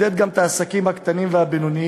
בקונסטלציה הגיאו-פוליטית והכלכלית שנוצרה,